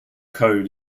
code